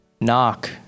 Knock